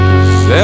Cause